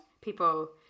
people